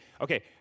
okay